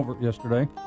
yesterday